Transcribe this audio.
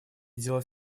делать